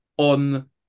On